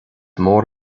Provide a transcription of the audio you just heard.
mór